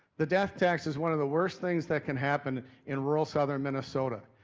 the death tax is one of the worst things that can happen in rural southern minnesota.